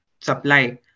supply